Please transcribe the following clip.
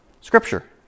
scripture